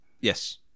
Yes